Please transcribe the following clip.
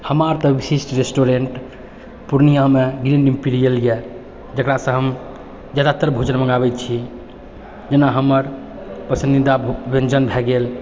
हमार तऽ विशिष्ट रेस्टोरेन्ट पूर्णियामे यऽ जकरासँ हम जादातर भोजन मङ्गाबै छी जेना हमर पसन्दीदा व्यञ्जन भए गेल